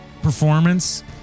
performance